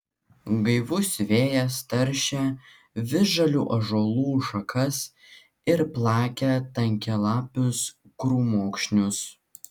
gaivus vėjas taršė visžalių ąžuolų šakas ir plakė tankialapius krūmokšnius